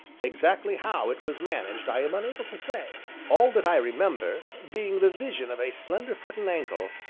exactly how it was managed i am unable to say all that i remember being the vision of a slender foot and ankle,